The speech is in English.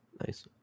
Nice